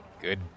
good